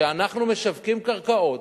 שאנחנו משווקים קרקעות,